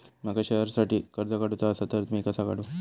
माका शेअरसाठी कर्ज काढूचा असा ता मी कसा काढू?